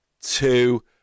two